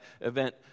event